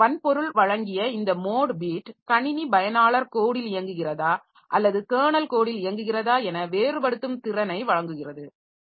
எனவே வன்பொருள் வழங்கிய இந்த மோட் பிட் கணினி பயனாளர் கோடில் இயங்குகிறதா அல்லது கெர்னல் கோடில் இயங்குகிறதா என வேறுபடுத்தும் திறனை வழங்குகிறது